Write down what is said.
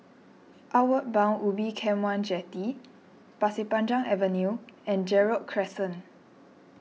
Outward Bound Ubin Camp one Jetty Pasir Panjang Avenue and Gerald Crescent